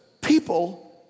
people